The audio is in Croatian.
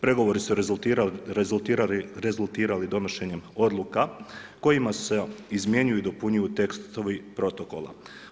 Pregovori su rezultirali donošenjem odluka kojima se izmjenjuju i dopunjuju tekstovi protokola.